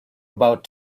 about